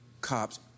cops